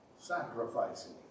Sacrificing